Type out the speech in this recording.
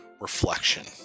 reflection